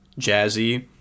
jazzy